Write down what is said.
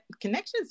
connections